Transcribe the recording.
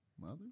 Mother